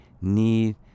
need